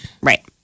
Right